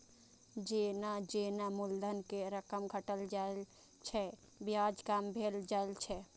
जेना जेना मूलधन के रकम घटल जाइ छै, ब्याज कम भेल जाइ छै